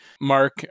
Mark